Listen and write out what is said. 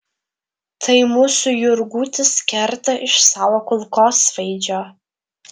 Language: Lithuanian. tai mūsų jurgutis kerta iš savo kulkosvaidžio